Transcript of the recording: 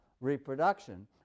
reproduction